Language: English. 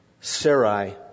Sarai